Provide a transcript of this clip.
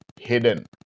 hidden